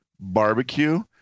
barbecue